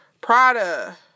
Prada